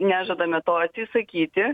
nežadame to atsisakyti